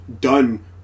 done